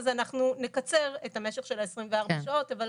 אז אנחנו נקצר את המשך של ה-24 שעות, אבל